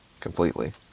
completely